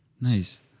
Nice